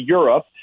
Europe